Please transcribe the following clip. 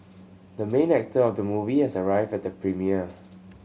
the main actor of the movie has arrived at the premiere